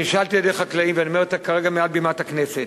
שנשאלתי עליה בידי חקלאים ואני אומר אותה כרגע מעל בימת הכנסת.